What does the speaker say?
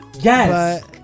Yes